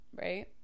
right